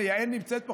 הינה, יעל נמצאת פה.